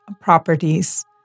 properties